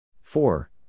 Four